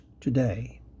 today